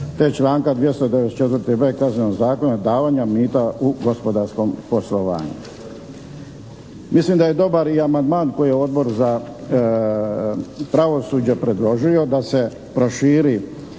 te članka 294b. Kaznenog zakona davanja mita u gospodarskom poslovanju. Mislim da je dobar i amandman koji je Odbor za pravosuđe predložio da se proširi